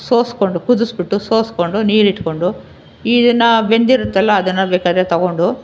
ಸೋಸಿಕೊಂಡು ಕುದಿಸಿಬಿಟ್ಟು ಸೋಸಿಕೊಂಡು ನೀರು ಇಟ್ಕೊಂಡು ಬೆಂದಿರುತ್ತಲ್ಲ ಅದನ್ನು ಬೇಕಾದ್ರೆ ತಗೊಂಡು